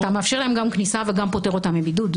אתה מאפשר להם גם כניסה וגם פוטר אותם מבידוד.